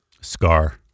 Scar